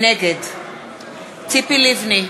נגד ציפי לבני,